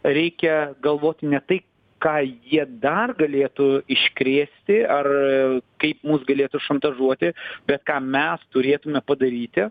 reikia galvoti ne tai ką jie dar galėtų iškrėsti ar kaip mus galėtų šantažuoti bet ką mes turėtume padaryti